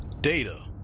data,